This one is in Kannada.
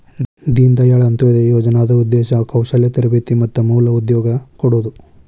ದೇನ ದಾಯಾಳ್ ಅಂತ್ಯೊದಯ ಯೋಜನಾದ್ ಉದ್ದೇಶ ಕೌಶಲ್ಯ ತರಬೇತಿ ಮತ್ತ ಮೂಲ ಉದ್ಯೋಗ ಕೊಡೋದು